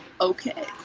okay